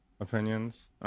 opinions